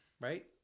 right